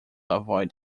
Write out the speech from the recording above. avoid